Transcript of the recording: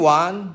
one